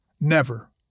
Never